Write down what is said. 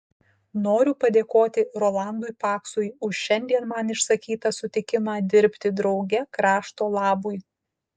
noriu padėkoti rolandui paksui už šiandien man išsakytą sutikimą dirbti drauge krašto labui